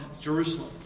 Jerusalem